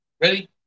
Ready